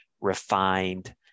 refined